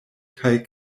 kaj